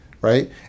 right